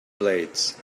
blades